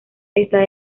está